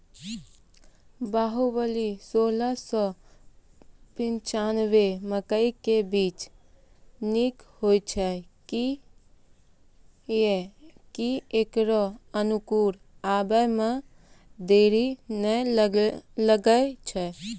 बाहुबली सोलह सौ पिच्छान्यबे मकई के बीज निक होई छै किये की ऐकरा अंकुर आबै मे देरी नैय लागै छै?